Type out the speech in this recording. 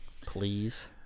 please